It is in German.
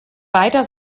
beider